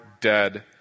dead